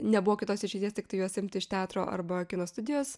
nebuvo kitos išeities tiktai juos imti iš teatro arba kino studijos